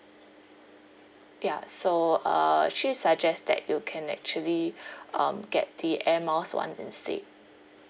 ya so uh actually suggest that you can actually um get the air miles [one] instead